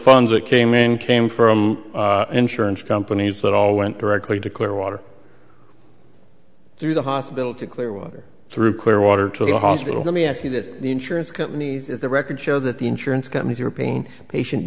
funds that came in came from insurance companies that all went directly to clearwater through the hospital to clearwater through clearwater to the hospital to me i see that the insurance companies as the records show that the insurance companies are paying patient